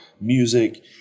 music